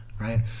Right